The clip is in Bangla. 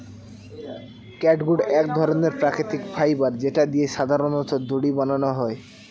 ক্যাটগুট এক ধরনের প্রাকৃতিক ফাইবার যেটা দিয়ে সাধারনত দড়ি বানানো হয়